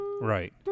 Right